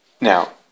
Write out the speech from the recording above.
Now